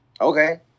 Okay